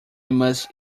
must